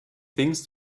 things